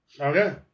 Okay